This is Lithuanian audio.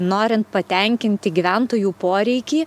norint patenkinti gyventojų poreikį